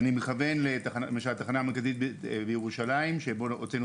אני מכוון למשל לתחנה המרכזית בירושלים בה הוצאנו